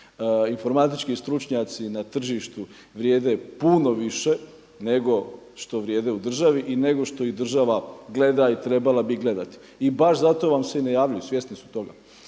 Informatički stručnjaci na tržištu vrijede puno više nego što vrijede u državi i nego što ih država gleda i trebala bi gledati. I baš zato vam se i ne javljaju, svjesni su toga.